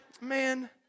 man